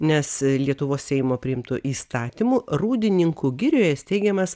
nes lietuvos seimo priimtu įstatymu rūdininkų girioje steigiamas